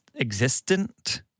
existent